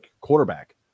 quarterback